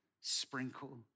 sprinkle